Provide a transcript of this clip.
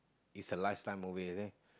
is the last time over here